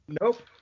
Nope